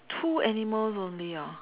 two animals only orh